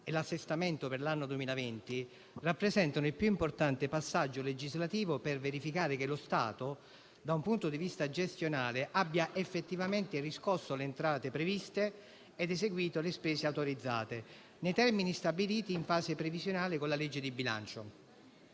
e l'assestamento per l'anno 2020, rappresentano il più importante passaggio legislativo per verificare che lo Stato, da un punto di vista gestionale, abbia effettivamente riscosso le entrate previste ed eseguito le spese autorizzate nei termini stabiliti in fase previsionale con la legge di bilancio.